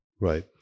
right